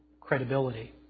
credibility